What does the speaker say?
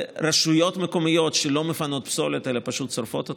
אלה רשויות מקומיות שלא מפנות פסולת אלא פשוט שורפות אותו,